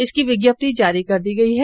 इसकी विज्ञप्ति जारी कर दी गई है